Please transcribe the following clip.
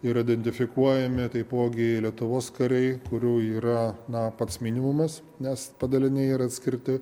ir identifikuojami taipogi lietuvos kariai kurių yra na pats minimumas nes padaliniai yra atskirti